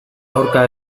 aurka